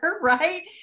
right